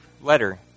letter